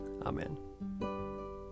Amen